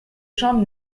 chambre